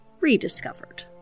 rediscovered